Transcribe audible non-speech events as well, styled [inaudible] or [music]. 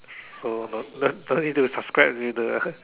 so don't don't don't [laughs] need subscribed with the